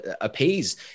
appease